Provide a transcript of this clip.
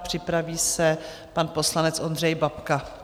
Připraví se pan poslanec Ondřej Babka.